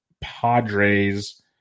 Padres